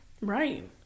Right